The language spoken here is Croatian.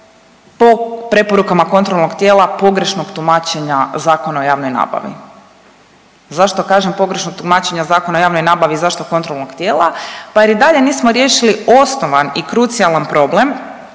po preporukama kontrolnog tijela, pogrešnog tumačenja Zakona o javnoj nabavi. Zašto kažem pogrešnog tumačenja Zakona o javnoj nabavi i zašto kontrolnog tijela? Pa jer i dalje nismo riješili osnovan i krucijalan problem,